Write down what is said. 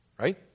right